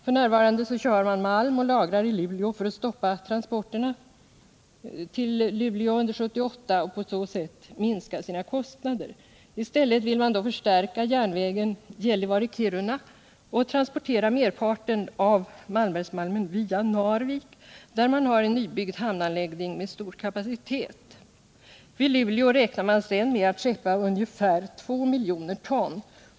F. n. kör man malm till Luleå och lagrar den där för att stoppa transporterna till Luleå under 1978 och på så sätt minska kostnaderna. I stället vill man förstärka järnvägen Gällivare-Kiruna och transportera merparten av Malmbergsmalmen via Narvik, där det finns en nybyggd hamnanläggning med stor kapacitet. Från Luleå räknar man sedan med att skeppa ungefär 2 miljoner ton.